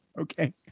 Okay